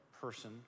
person